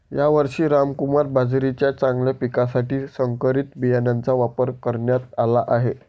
यावर्षी रामकुमार बाजरीच्या चांगल्या पिकासाठी संकरित बियाणांचा वापर करण्यात आला आहे